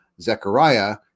Zechariah